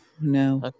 no